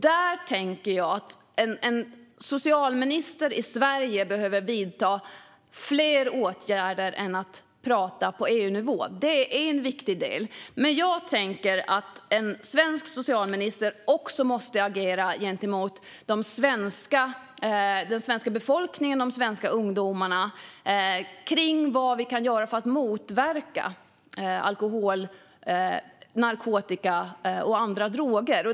Där tänker jag att en socialminister i Sverige behöver vidta fler åtgärder än att prata på EU-nivå. Det är en viktig del, men jag tänker att en svensk socialminister också måste agera gentemot den svenska befolkningen och de svenska ungdomarna när det gäller vad vi kan göra för att motverka alkohol, narkotika och andra droger.